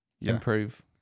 improve